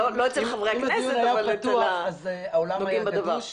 לא אצל חברי הכנסת, אבל אצל הנוגעים בדבר.